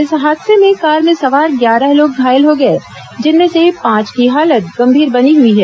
इस हादसे में कार में सवार ग्यारह लोग घायल हो गए जिनमें से पांच की हालत गंभीर बनी हई है